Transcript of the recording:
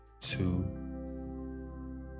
two